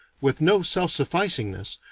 with no self-sufficingness,